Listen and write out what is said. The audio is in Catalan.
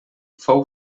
fou